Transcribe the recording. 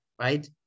right